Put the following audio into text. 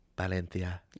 Valencia